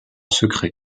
secret